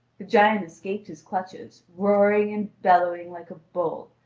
the giant escaped his clutches, roaring and bellowing like a bull,